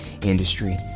industry